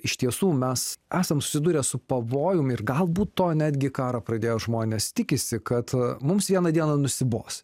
iš tiesų mes esam susiduria su pavojum ir galbūt to netgi karą pradėjus žmonės tikisi kad mums vieną dieną nusibos